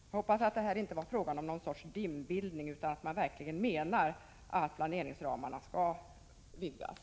Jag hoppas att det inte var fråga om någon sorts dimbildning här utan att socialdemokraterna verkligen menar att planeringsramarna skall vidgas.